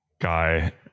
guy